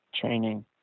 training